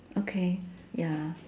okay ya